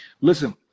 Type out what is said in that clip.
Listen